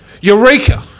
Eureka